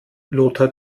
lothar